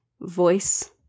voice